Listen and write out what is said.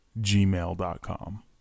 gmail.com